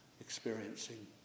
experiencing